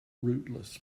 rootless